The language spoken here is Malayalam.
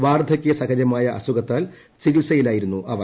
വാർദ്ധകൃ സഹജമായ അസുഖത്താൽ ചികിത്സയിലായിരുന്നു അവർ